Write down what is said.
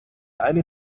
eine